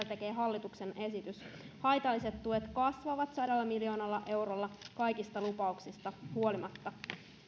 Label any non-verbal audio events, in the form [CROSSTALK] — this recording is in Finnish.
[UNINTELLIGIBLE] tekee hallituksen esitys haitalliset tuet kasvavat sadalla miljoonalla eurolla kaikista lupauksista huolimatta